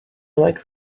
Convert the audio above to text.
like